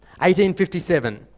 1857